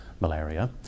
malaria